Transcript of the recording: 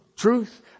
Truth